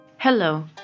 Hello